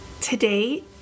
Today